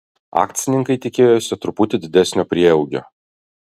akcininkai tikėjosi truputį didesnio prieaugio